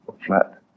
flat